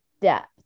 depth